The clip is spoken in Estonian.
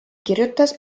kirjutas